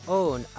own